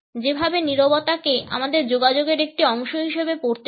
যেভাবে নীরবতাকে আমাদের যোগাযোগের একটি অংশ হিসেবে পড়তে হয়